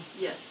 Yes